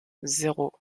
zéro